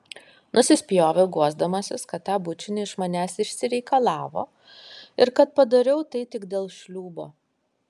nusispjoviau guosdamasis kad tą bučinį iš manęs išsireikalavo ir kad padariau tai tik dėl šliūbo